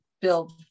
build